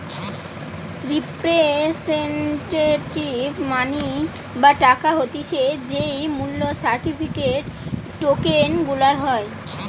representative money বা টাকা হতিছে যেই মূল্য সার্টিফিকেট, টোকেন গুলার হয়